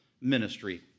ministry